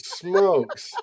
smokes